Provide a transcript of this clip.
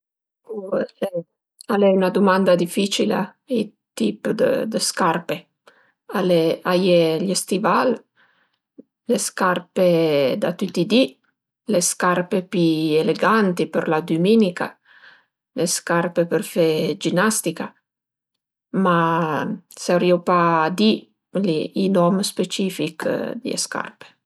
al e 'na dumanda dificila i tip dë scarpe: al e a ie gl'stival, le scarpe da tüti i di, le scarpe pi eleganti për la düminica, le scarpe per fe ginastica, ma saurìu pa di i nom specifich d'le scarpe